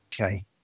Okay